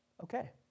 Okay